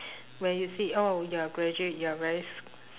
where you see oh you're a graduate you're very s~